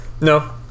No